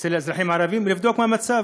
אצל האזרחים הערבים, לבדוק מה המצב.